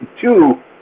Two